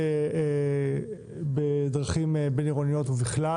גם בדרכים בין-עירוניות ובכלל